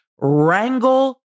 Wrangle